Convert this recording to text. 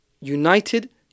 United